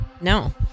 No